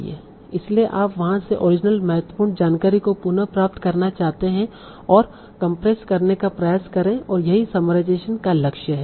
इसलिए आप वहां से ओरिजिनल महत्वपूर्ण जानकारी को पुनः प्राप्त करना चाहते हैं और कॉम्प्रेस करने का प्रयास करें और यही समराइजेशेन का लक्ष्य है